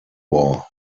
war